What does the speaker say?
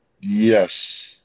yes